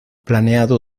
planeado